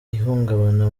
ihungabana